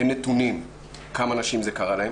אין נתונים לכמה נשים זה קרה.